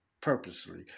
purposely